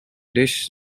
dish